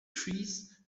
trees